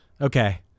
okay